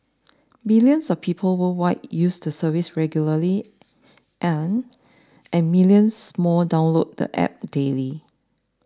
billions of people worldwide use the service regularly and and millions more download the app daily